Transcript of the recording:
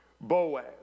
Boaz